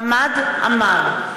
עמאר,